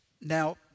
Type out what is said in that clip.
now